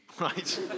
Right